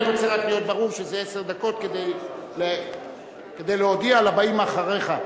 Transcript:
אני רוצה רק להיות ברור שזה עשר דקות כדי להודיע לבאים אחריך.